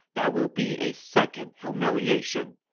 that will be a second humiliation.